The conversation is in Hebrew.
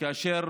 כאשר